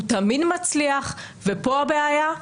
הוא תמיד מצליח ופה הבעיה.